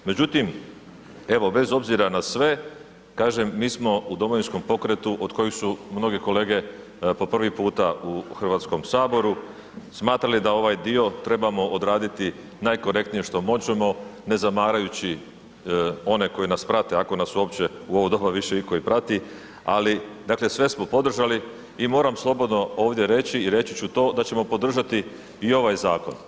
Međutim, evo bez obzira na sve, kažem, mi smo u Domovinskom pokretu, od kojih su mnoge kolege po prvi puta u HS, smatrali da ovaj dio trebamo odraditi najkorektnije što možemo ne zamarajući one koji nas prate ako nas uopće u ovo doba više iko i prati, ali dakle sve smo podržali i moram slobodno ovdje reći i reći ću to da ćemo podržati i ovaj zakon.